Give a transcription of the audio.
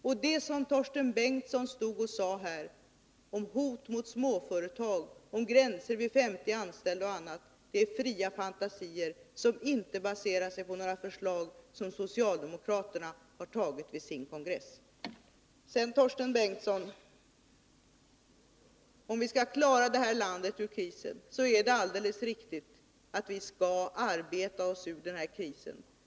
Och det som Torsten Bengtson stod och sade —- om hot mot småföretagen, gränser vid 50 anställda och annat — är fria fantasier som inte baserar sig på några förslag som socialdemokraterna har tagit vid sin kongress. Sedan: Om vi skall klara det här landet ur krisen är det alldeles riktigt, Torsten Bengtson, att vi måste arbeta oss ur den.